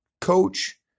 coach